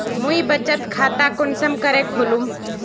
मुई बचत खता कुंसम करे खोलुम?